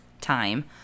time